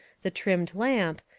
the trimmed lamp,